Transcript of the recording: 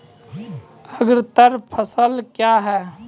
अग्रतर फसल क्या हैं?